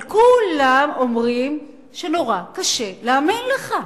אבל כולם אומרים שנורא קשה להאמין לך.